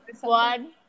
one